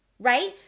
right